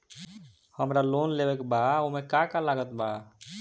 हमरा लोन लेवे के बा ओमे का का लागत बा?